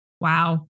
Wow